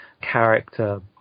character